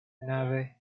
nave